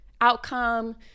outcome